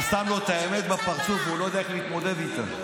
כשאתה שם לו את האמת בפרצוף והוא לא יודע איך להתמודד איתה.